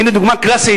הנה דוגמה קלאסית.